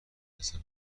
نرسم